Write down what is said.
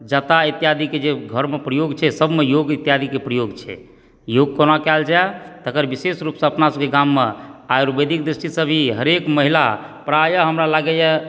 जाँता इत्यादिके जे घरमे प्रयोग छै सबमे योग इत्यादिके प्रयोग छै योग कोना कयल जाइत तकर विशेष रूपसंँ अपना सबकेँ गाममे आयुर्वेदिक दृष्टि से भी हरेक महिला प्रायः हमरा लागैए